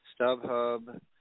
StubHub